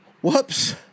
Whoops